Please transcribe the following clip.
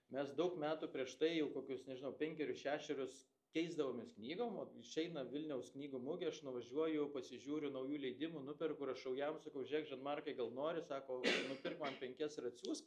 mes daug metų prieš tai jau kokius nežinau penkerius šešerius keisdavomės knygom o išeina vilniaus knygų mugė aš nuvažiuoju pasižiūriu naujų leidimų nuperku rašau jam sakau žiūrėk žan markai gal nori sako nupirk man penkias ir atsiųsk